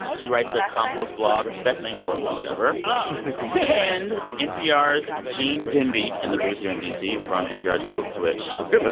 she writes their compost blog best name for a blog ever and npr's gene demby in the booth here in d c. from npr's code switch what's good, man?